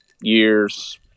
years